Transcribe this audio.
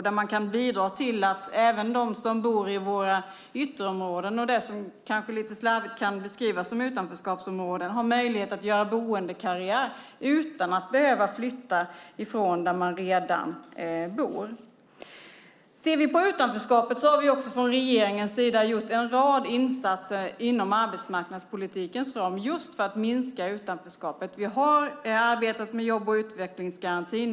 Vi vill bidra till att även de som bor i våra ytterområden och det som kanske lite slarvigt kan beskrivas som utanförskapsområden har möjlighet att göra boendekarriär utan att behöva flytta från de områden där de redan bor. Vi har från regeringens sida gjort en rad insatser inom arbetsmarknadspolitikens ram just för att minska utanförskapet. Vi har arbetat med jobb och utvecklingsgarantin.